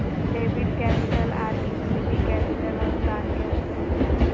debit capital, आर equity capital अनुदान के स्रोत हय